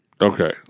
Okay